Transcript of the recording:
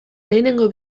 lehenengo